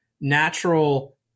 natural